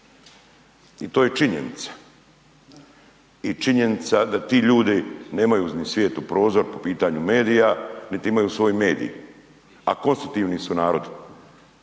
I to je činjenica. I činjenica da ti ljudi nemaju ni svijet u prozor po pitanju medija niti imaju svoj medij a konstitutivni su narod.